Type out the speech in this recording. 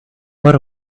what